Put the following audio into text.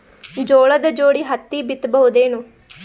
ಜೋಳದ ಜೋಡಿ ಹತ್ತಿ ಬಿತ್ತ ಬಹುದೇನು?